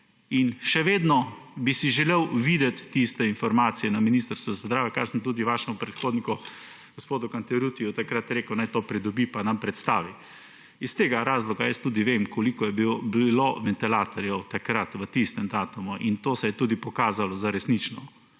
in še vedno bi si želel videti tiste informacije na Ministrstvu za zdravje, kar sem tudi vašemu predhodniku gospodu Cantaruttiju takrat rekel – naj to pridobi pa nam predstavi. Iz tega razloga jaz tudi vem, koliko je bilo ventilatorjev takrat na tisti datum, in to se je tudi pokazalo za resnično.